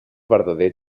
verdader